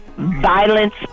Violence